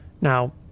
Now